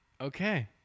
okay